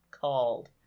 called